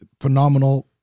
phenomenal